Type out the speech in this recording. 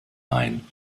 ein